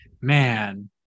man